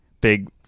big